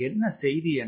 என்ன செய்தி என்றால்